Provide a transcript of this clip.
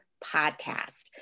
podcast